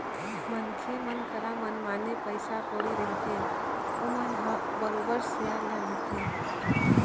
मनखे मन करा मनमाने पइसा कउड़ी रहिथे ओमन ह बरोबर सेयर ल लेथे